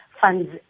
funds